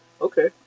Okay